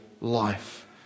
life